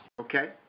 Okay